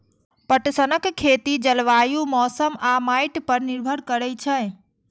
पटसनक खेती जलवायु, मौसम आ माटि पर निर्भर करै छै